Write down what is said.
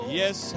yes